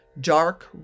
dark